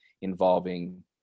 involving